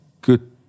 good